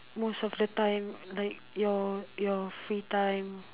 most of the time like your your free time